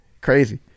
Crazy